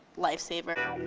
lifesaver.